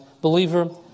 believer